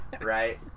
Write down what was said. Right